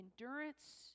endurance